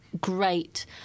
great